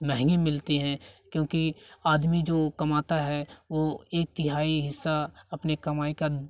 महंगी मिलती है क्योंकि आदमी जो कमाता है वो एक तिहाई हिस्सा अपने कमाई का